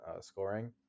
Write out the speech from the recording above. scoring